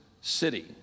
city